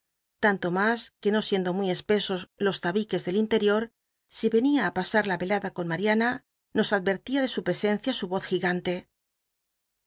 tanto mas que no siendo muy espesos los labiqucs del inlerior si ycnia ü pasa r la y c lada con lia riana nos adrcrlia de su presencia su oz